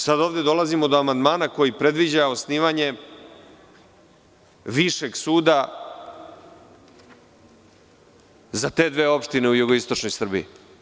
Sada ovde dolazimo do amandmana koji predviđa osnivanje višeg suda za te dve opštine u jugoistočnoj Srbiji.